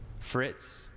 Fritz